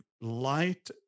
light